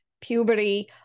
puberty